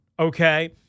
Okay